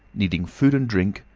needing food and drink,